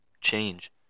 change